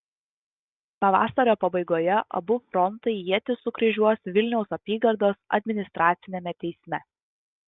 pavasario pabaigoje abu frontai ietis sukryžiuos vilniaus apygardos administraciniame teisme